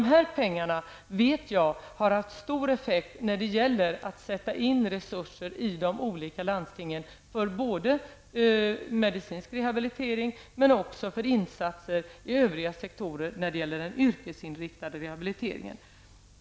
Dessa pengar, vet jag, har haft stor effekt när det gäller att sätta in resurser i de olika lanstingen för både medicinsk rehabilitering och insatser på övriga sektorer när det gäller den yrkesinriktade rehabiliteringen.